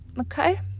okay